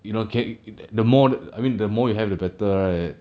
you know cake the more I mean the more you have the better right